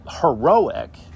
heroic